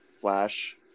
Flash